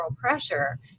pressure